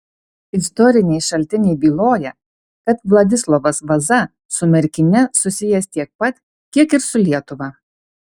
istoriniai šaltiniai byloja kad vladislovas vaza su merkine susijęs tiek pat kiek ir su lietuva